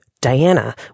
Diana